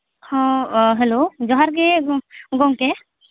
ᱦᱚᱸ ᱦᱮᱞᱳ ᱡᱚᱦᱟᱨ ᱜᱮ ᱜᱚᱢᱠᱮ